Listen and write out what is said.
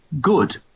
good